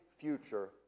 future